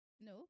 No